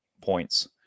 points